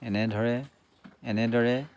এনেধৰে এনেদৰে